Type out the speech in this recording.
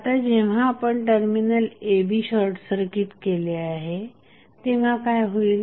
आता जेव्हा आपण टर्मिनल a b शॉर्टसर्किट केले आहे तेव्हा काय होईल